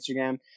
Instagram